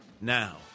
now